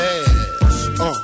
ass